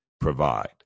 provide